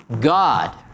God